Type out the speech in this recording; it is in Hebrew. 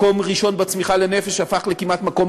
מקום ראשון בצמיחה לנפש הפך לכמעט מקום